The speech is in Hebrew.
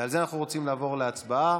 ועל זה אנחנו רוצים לעבור להצבעה.